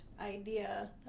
idea